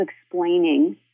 explaining